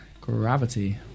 gravity